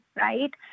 right